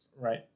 Right